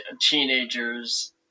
teenagers